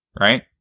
right